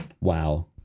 Wow